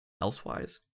elsewise